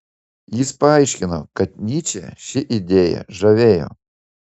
jis paaiškino kad nyčę ši idėja žavėjo